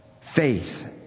Faith